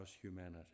humanity